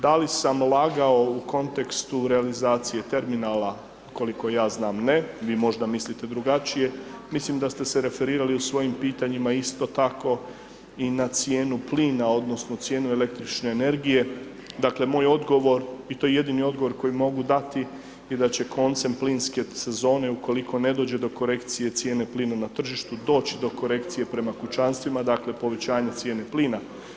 Da li sam lagao u kontekstu realizacije terminala, koliko ja znam ne, vi možda mislite drugačije, mislim da ste se referirali u svojim pitanjima, isto tako i na cijenu plina odnosno cijenu električne energije, dakle, moj odgovor i to je jedini odgovor koji mogu dati, i da će koncem plinske sezone, ukoliko ne dođe do korekcije cijene plina na tržištu, doći do korekcije prema kućanstvima, dakle, povećanje cijene plina.